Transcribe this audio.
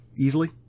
easily